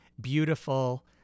Beautiful